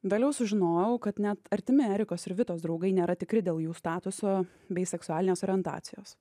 vėliau sužinojau kad net artimi erikos ir vitos draugai nėra tikri dėl jų statuso bei seksualinės orientacijos